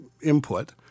input